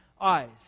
eyes